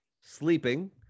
sleeping